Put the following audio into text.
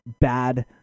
bad